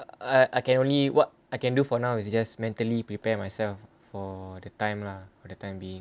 I I can only what I can do for now is just mentally prepare myself for the time lah for the time being